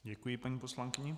Děkuji paní poslankyni.